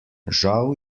žal